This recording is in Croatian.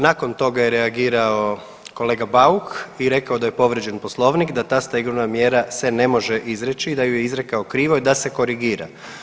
Nakon toga je reagirao kolega Bauk i rekao da je povrijeđen Poslovnik, da ta stegovna mjera se ne može izreći i da ju je izrekao krivo i da se korigira.